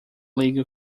legal